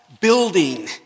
building